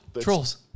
Trolls